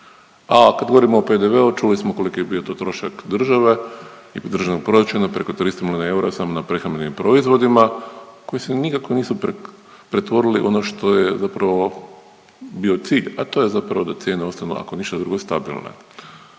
A kad govorimo o PDV-u čili smo koliki je to bio trošak države i Državnog proračuna preko 300 milijuna eura samo na prehrambenim proizvodima koji se nikako nisu pretvori u ono što je zapravo bio cilj, a to je zapravo da cijene ostanu ako ništa drugo stabilne.